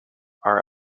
are